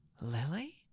Lily